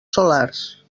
solars